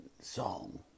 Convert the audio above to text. song